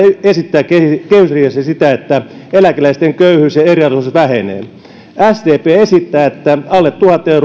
esittää kehysriihessä sitä että eläkeläisten köyhyys ja eriarvoisuus vähenevät sdp esittää että alle